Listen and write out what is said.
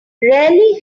rarely